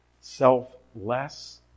selfless